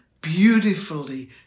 beautifully